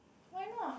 why not